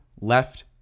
left